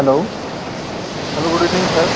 hello hello good evening sir